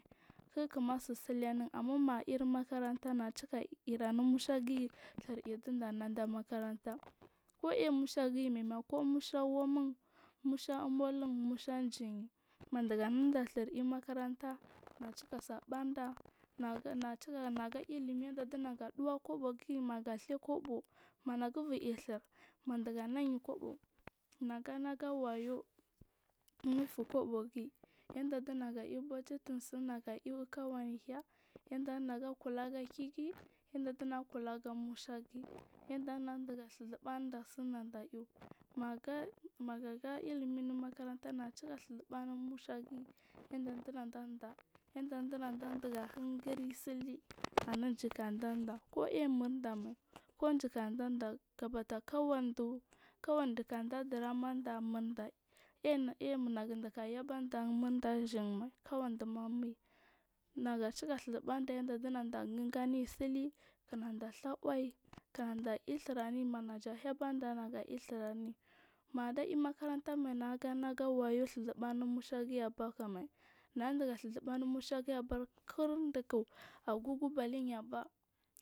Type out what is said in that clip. Kikuma sir silinu amma ma ir makaranta nacika iranu mushag dhir insdanan da umakaranta ko aimushagin maima makaranta naci ka saɓanda maga ilimi yaɗa dunaya duwa kobogiyi maga feya kobo ma nagubu i dhir madu ganiy kobo magana gewayu unufu kobogiyi naga i bageting simnaga iaw kowa ni hay yanda naga kila du kiigi yanda naga kuladu mushagiyi yanda naga dhurzubununda sina da aiw maga maga ga ilimi unu makaranta nacika dhurzubu anu mushagiyi yanda duna dandaa yanda danadiguhir du sili anujik nadandaa, ko aiy munda mai kujiku danda gabata kowani duuk anda dunamanda aim un agu duku yabanda muda ijinyi mai. Kuwani duma munyi naga cika dhu zubunuɗa yanda dinadagangam sili kinada dhawai da ir dhirnan maja habanda kinada ir dhuraniyi mada imakaranta mai nagana gawayu dhuzubu anu mushagiyi mai aba kumai nahaydiga dhurzubu anumu shagi kirduku ugubalin abaa.